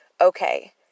okay